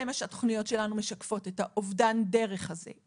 זה מה שהתוכניות שלנו משקפות, את האובדן דרך הזו.